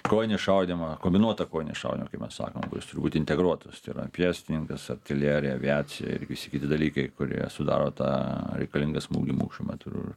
kovinį šaudymą kombinuotą kovinį šaudymą kaip mes sakom kuris turi būt integruotas tai yra pėstininkas artilerija aviacija visi kiti dalykai kurie sudaro tą reikalingą smūgį mūšio metu ir